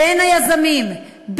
בין היזמים,